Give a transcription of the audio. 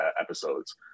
episodes